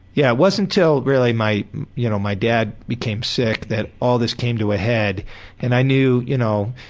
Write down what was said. yeah, it wasn't til really my you know my dad became sick that all this came to a head and i knew. you know